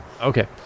okay